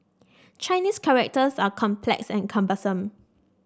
Chinese characters are complex and cumbersome